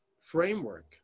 framework